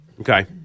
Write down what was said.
Okay